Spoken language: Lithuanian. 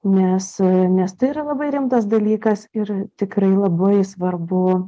nes nes tai yra labai rimtas dalykas ir tikrai labai svarbu